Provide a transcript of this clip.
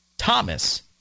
Thomas